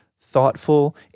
thoughtful